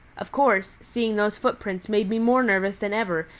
of course, seeing those footprints made me more nervous than ever,